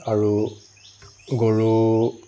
আৰু গৰু